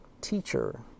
teacher